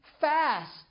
fast